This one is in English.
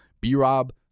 B-Rob